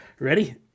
Ready